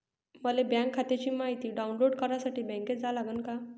मले बँक खात्याची मायती डाऊनलोड करासाठी बँकेत जा लागन का?